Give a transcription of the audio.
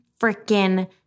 freaking